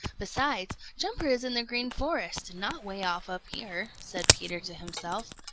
besides, jumper is in the green forest and not way off up here, said peter to himself.